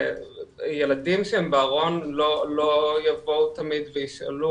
ילדים שהם בארון לא יבואו תמיד ויישאלו